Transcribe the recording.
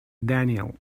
daniel